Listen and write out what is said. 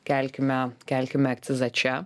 kelkime kelkime akcizą čia